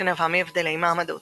שנבע מהבדלי מעמדות –